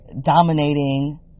dominating